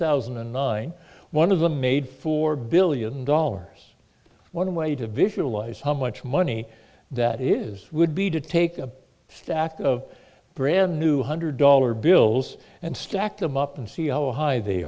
thousand and nine one of them made four billion dollars one way to visualize how much money that is would be to take a stack of brand new hundred dollar bills and stack them up and see how high they